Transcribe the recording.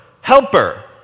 helper